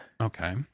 okay